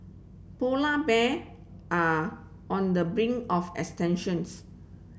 polar bear are on the brink of extinctions